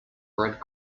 bread